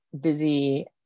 busy